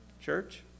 Church